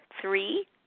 three